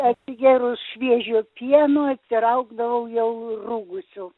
atsigėrus šviežio pieno atsiraugdavau jau rūgusiu